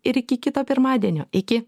ir iki kito pirmadienio iki